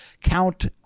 count